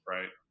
Right